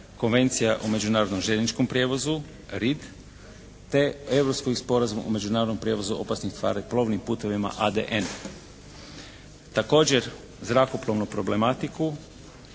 Konvencija o međunarodnom željezničkom prijevozu, RID te Europski sporazum o međunarodnom prijevozu opasnim tvari plovnim putevima, ADN. Također zrakoplovnu problematiku